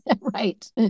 right